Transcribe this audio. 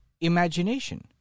imagination